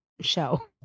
Show